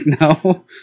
no